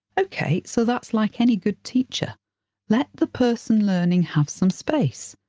ok so that's like any good teacher let the person learning have some space,